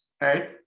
right